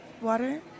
Water